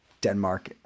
Denmark